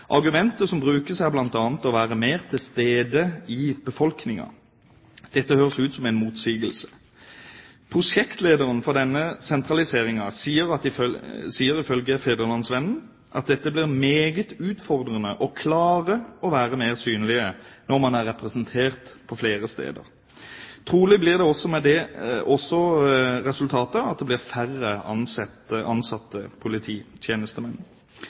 Argumentet som brukes, er bl.a. å være mer til stede i befolkningen. Dette høres ut som en motsigelse. Prosjektlederen for denne sentraliseringen sier ifølge Fædrelandsvennen at det blir meget utfordrende å klare å være mer synlig når man er representert på færre steder. Trolig blir også resultatet at det blir færre ansatte polititjenestemenn.